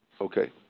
okay